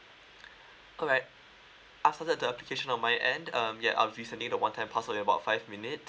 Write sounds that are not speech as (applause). (breath) alright after the the application on my end um ya I'll be sending the one time password in about five minutes